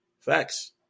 Facts